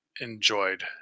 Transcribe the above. enjoyed